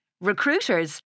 Recruiters